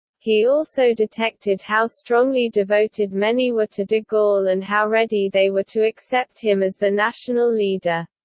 he also detected how strongly devoted many were to de gaulle and how ready they were to accept him as the national leader.